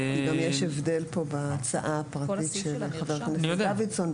גם יש הבדל בהצעה הפרטית של חבר הכנסת דוידסון,